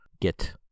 get